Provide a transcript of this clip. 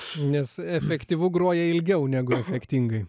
nes efektyvu groja ilgiau negu efektingai